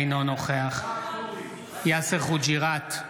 אינו נוכח יאסר חוג'יראת,